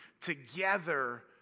together